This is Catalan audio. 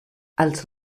els